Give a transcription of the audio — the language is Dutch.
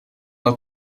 het